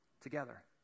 together